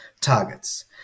targets